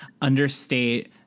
understate